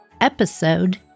episode